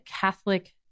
Catholic